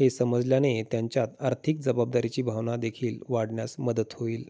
हे समजल्याने त्यांच्यात आर्थिक जबाबदारीची भावना देखील वाढण्यास मदत होईल